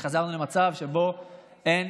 וחזרנו למצב שבו אין